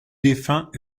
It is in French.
défunt